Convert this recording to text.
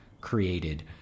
created